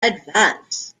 advance